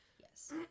Yes